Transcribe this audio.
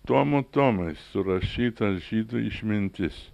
tomų tomai surašytos žydų išmintis